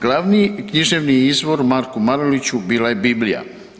Glavni književni izvor Marku Maruliću bila je „Biblija“